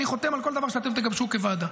אני חותם על כל דבר שאתם תגבשו כוועדה.